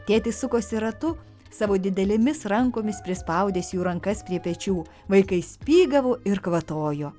tėtis sukosi ratu savo didelėmis rankomis prispaudęs jų rankas prie pečių vaikai spygavo ir kvatojo